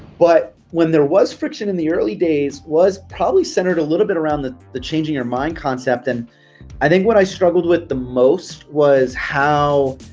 but when there was friction in the early days was probably centered a little bit around the the changing your mind concept. and i think what i struggled with the most was how